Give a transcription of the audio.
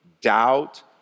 doubt